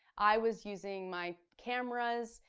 i was using my cameras,